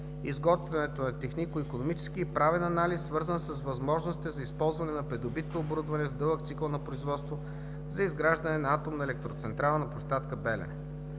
изготвянето на технико-икономически и правен анализ, свързан с възможностите за използване на придобитото оборудване с дълъг цикъл на производство за изграждане на атомна електроцентрала на площадка